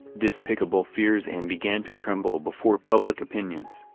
despicable fears and began to tremble before public opinions,